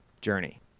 journey